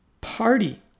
party